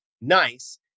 nice